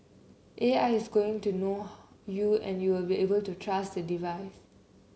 A I is going to know how you and you will be able to trust the device